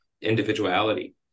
individuality